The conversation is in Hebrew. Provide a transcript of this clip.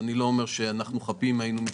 ואני לא אומר שאנחנו חפים מטעויות.